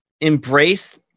Embrace